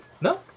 No